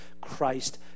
Christ